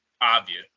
Obvious